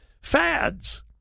Fads